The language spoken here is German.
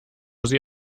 sie